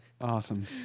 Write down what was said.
Awesome